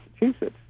Massachusetts